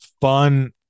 fun